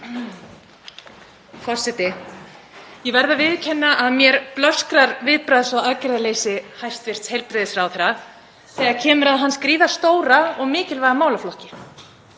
Forseti. Ég verð að viðurkenna að mér blöskrar viðbragðs- og aðgerðaleysi hæstv. heilbrigðisráðherra þegar kemur að hans gríðarstóra og mikilvæga málaflokki.